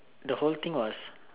the whole thing was